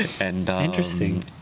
Interesting